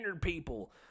people